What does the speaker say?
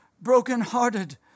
brokenhearted